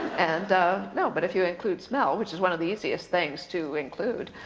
and you know but if you include smell, which is one of the easiest things to include.